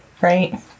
Right